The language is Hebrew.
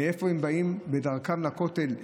מאיפה הם באים בדרכם לכותל,